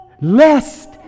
lest